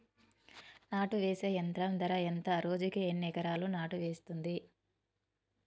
నాటు వేసే యంత్రం ధర ఎంత రోజుకి ఎన్ని ఎకరాలు నాటు వేస్తుంది?